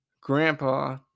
grandpa